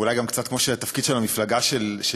ואולי גם קצת כמו שהתפקיד של המפלגה שלי,